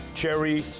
cherry,